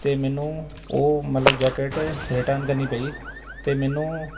ਅਤੇ ਮੈਨੂੰ ਉਹ ਮਤਲਬ ਜੈਕਟ ਰਿਟਰਨ ਕਰਨੀ ਪਈ ਅਤੇ ਮੈਨੂੰ